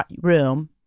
room